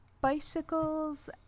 bicycles